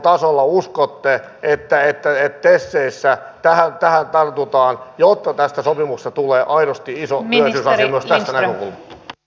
mitä uskotte millä kunnianhimon tasolla teseissä tähän tartutaan jotta tästä sopimuksesta tulee aidosti iso hyöty myös tästä näkökulmasta